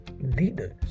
leaders